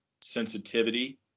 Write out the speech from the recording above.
sensitivity